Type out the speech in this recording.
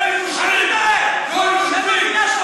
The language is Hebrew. היו סובלניים.